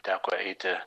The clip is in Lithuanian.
teko eiti